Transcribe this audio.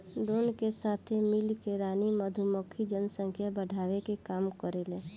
drone के साथे मिल के रानी मधुमक्खी जनसंख्या बढ़ावे के काम करेले